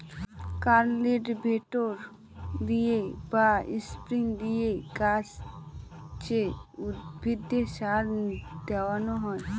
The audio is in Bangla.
কাল্টিভেটর দিয়ে বা স্প্রে দিয়ে গাছে, উদ্ভিদে সার দেওয়া হয়